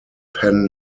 pen